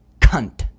Cunt